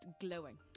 glowing